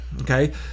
okay